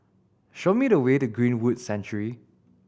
show me the way to Greenwood Sanctuary